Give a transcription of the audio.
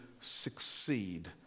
succeed